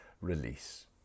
Release